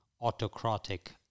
autocratic